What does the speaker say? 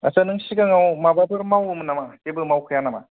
आत्सा नों सिगाङाव माबाफोर मावोमोन नामा जेबो मावखाया नामा